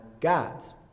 God's